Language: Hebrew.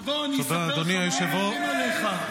תבוא, אני אספר לך מה אומרים עליך.